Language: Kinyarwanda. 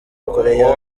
korea